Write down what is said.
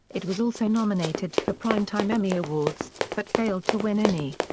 it was also nominated for primetime emmy awards, but failed to win any.